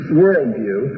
worldview